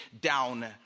down